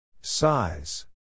Size